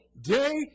day